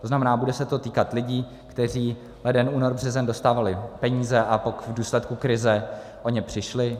To znamená, bude se to týkat lidí, kteří leden, únor, březen dostávali peníze a v důsledku krize o ně přišli.